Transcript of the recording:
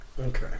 Okay